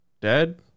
dead